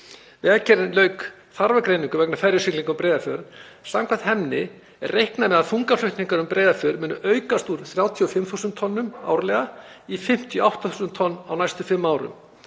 Vegagerðin lauk þarfagreiningu vegna ferjusiglinga um Breiðafjörð. Samkvæmt henni er reiknað með að þungaflutningar um Breiðafjörð muni aukast úr 35.000 tonnum árlega í 58.000 tonn á næstu fimm árum.